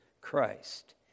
Christ